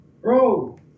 bro